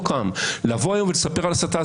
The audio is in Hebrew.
לבוא היום ולספר על הסתה.